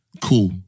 cool